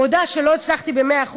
אני מודה שלא הצלחתי ב-100%,